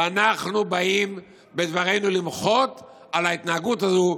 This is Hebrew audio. ואנחנו באים בדברינו למחות על ההתנהגות הזו,